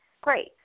great